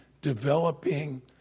developing